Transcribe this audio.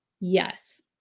yes